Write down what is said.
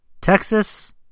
Texas